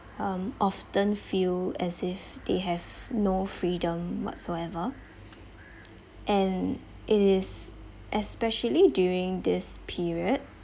um often feel as if they have no freedom whatsoever and it is especially during this period